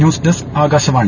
news desk Akashvani